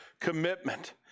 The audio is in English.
commitment